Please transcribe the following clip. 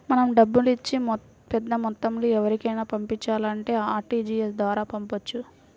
మనం డబ్బుల్ని పెద్దమొత్తంలో ఎవరికైనా పంపించాలంటే ఆర్టీజీయస్ ద్వారా పంపొచ్చు